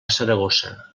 saragossa